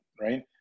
right